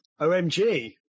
OMG